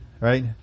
Right